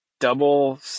double